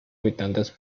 habitantes